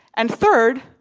and third,